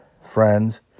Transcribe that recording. friends